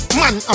man